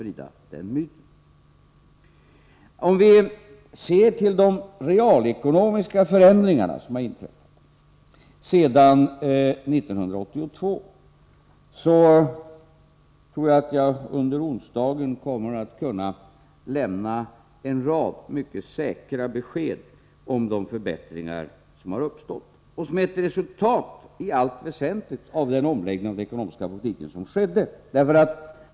Jag tror att jag, i fråga om de realekonomiska förändringar som inträffat sedan 1982, under onsdagen kommer att kunna lämna en rad mycket säkra besked om de förbättringar som gjorts och som i allt väsentligt är ett resultat av den omläggning av den ekonomiska politiken som skedde.